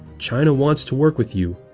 china wants to work with you.